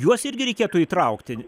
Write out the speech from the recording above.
juos irgi reikėtų įtraukti